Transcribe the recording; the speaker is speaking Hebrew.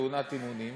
בתאונת אימונים